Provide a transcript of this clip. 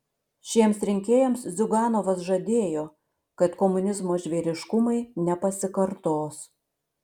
šiems rinkėjams ziuganovas žadėjo kad komunizmo žvėriškumai nepasikartos